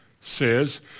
says